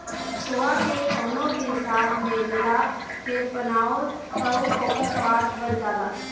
सोआ के कवनो भी साग में मिला के बनाव तअ ओकर स्वाद बढ़ जाला